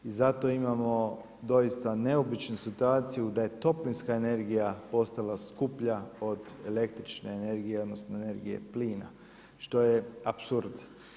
I zato imamo doista neobičnu situaciju da je toplinska energija postala skuplja od električne energije, odnosno energije plina što je apsurd.